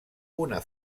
una